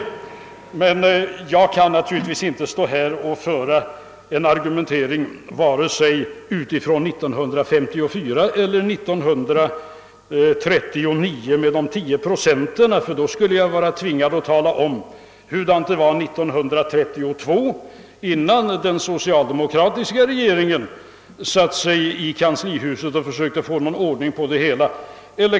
För min del kan jag inte stå här och argumentera med vare sig 1954 eller 1939 som basis det senare med avseende på de 10 procenten, ty då skulle jag vara tvingad tala om hur läget var 1932 innan den socialdemokratiska regeringen hade satt sig i kanslihuset för att söka få någon ordning på det hela.